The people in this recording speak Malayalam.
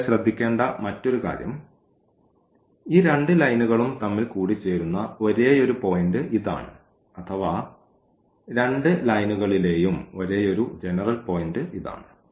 ഇവിടെ ശ്രദ്ധിക്കേണ്ട മറ്റൊരു കാര്യം ഈ രണ്ട് ലൈനുകളും തമ്മിൽ കൂടിച്ചേരുന്ന ഒരേയൊരു പോയിന്റ് ഇതാണ് അഥവാ രണ്ട് ലൈനുകളിലെയും ഒരേയൊരു ജെനറൽ പോയിന്റ് ഇതാണ്